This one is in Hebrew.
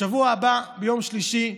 בשבוע הבא, ביום שלישי,